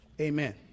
Amen